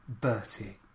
Bertie